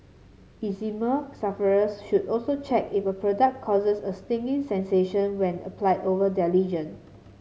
eczema sufferers should also check if a product causes a stinging sensation when applied over their lesion